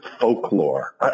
folklore